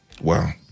Wow